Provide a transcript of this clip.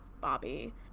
Bobby